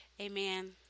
Amen